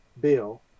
Bill